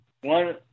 one